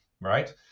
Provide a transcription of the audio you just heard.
right